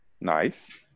Nice